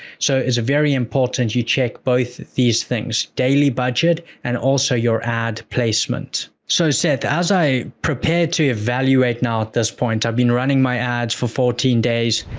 so, it's very important you check both these things, daily budget and also your ad placement. so, seth, it as i prepare to evaluate now at this point, i've been running my ads for fourteen days.